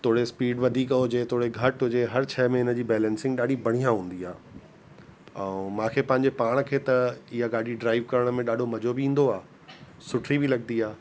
थोड़े स्पीड वधीक हुजे थोरे घटि हुजे हर शइ में हिन जी बैलेसिंग ॾाढी बढ़िया हूंदी आहे ऐं मूंखे पंहिंजे पाण खे त इहा गाॾी ड्राइव करण में ॾाढो मज़ो बि ईंदो आहे सुठी बि लॻंदी आहे